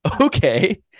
okay